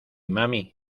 mami